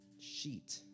sheet